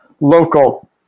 local